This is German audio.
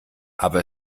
aber